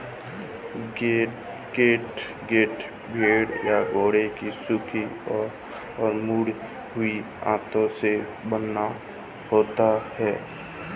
catgut भेड़ या घोड़ों की सूखी और मुड़ी हुई आंतों से बना होता है